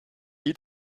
eat